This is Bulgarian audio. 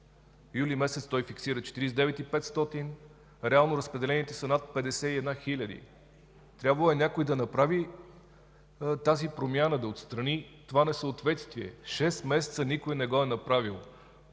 Юли месец той фиксира 49 хил. 500, реално разпределените са над 51 хиляди. Трябвало е някой да направи тази промяна, да отстрани това несъответствие. Шест месеца никой не го е направил,